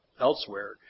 elsewhere